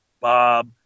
Bob